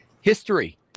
history